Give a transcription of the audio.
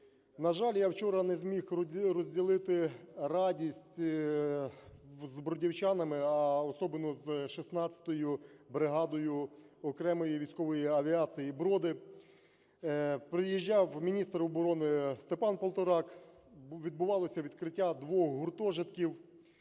На жаль, я вчора не зміг розділити радість з Бродівщанами, а особенно з 16-ю бригадою окремої військової авіації "Броди". Приїжджав міністр оборони Степан Полторак, відбувалося відкриття двох гуртожитків.